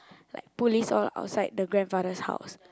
like police all outside the grandfather's house